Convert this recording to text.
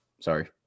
Sorry